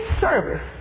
service